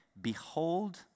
Behold